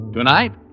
Tonight